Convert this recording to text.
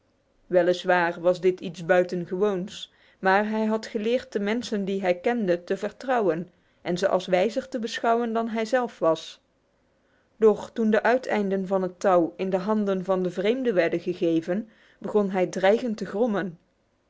waar was dit iets buitengewoons maar hij had geleerd de mensen die hij kende te vertrouwen en ze als wijzer te beschouwen dan hij zelf was doch toen de uiteinden van het touw in de handen van den vreemde werden gegeven begon hij dreigend te grommen